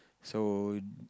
so